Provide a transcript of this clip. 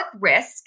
risk